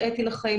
לראות.